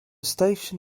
station